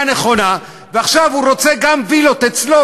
הנכונה ועכשיו הוא רוצה גם וילות אצלו,